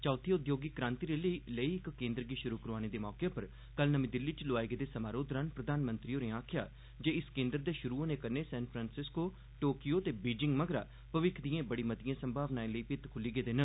चौथी उद्योगिक क्रांति लेई केन्द्र गी शुरू करोआने दे मौके उप्पर कल नमीं दिल्ली च लोआए गेदे समारोह् दरान प्रधानमंत्री होरें आक्खेआ जे इस केन्द्र दे शुरू होने कन्नै सांफ्रासिसको टोकियो ते बिजिंग मगरा भविक्ख दिए बड़िए मतियें संभावना लेई भित्त खुल्ली गेदे न